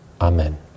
Amen